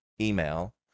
email